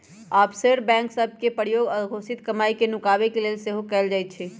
offshore bank सभ के प्रयोग अघोषित कमाई के नुकाबे के लेल सेहो कएल जाइ छइ